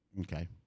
Okay